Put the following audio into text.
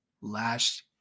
last